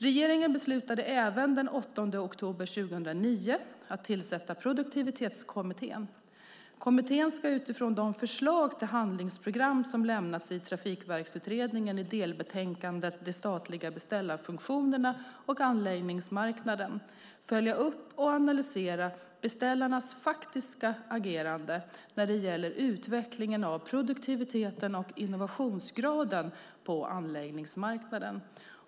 Regeringen beslutade även den 8 oktober 2009 att tillsätta Produktivitetskommittén. Kommittén ska utifrån de förslag till handlingsprogram som lämnats av Trafikverksutredningen i delbetänkandet De statliga beställarfunktionerna och anläggningsmarknaden följa upp och analysera beställarnas faktiska agerande när det gäller utvecklingen av produktiviteten och innovationsgraden på anläggningsmarknaden.